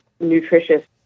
nutritious